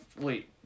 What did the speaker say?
wait